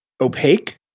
opaque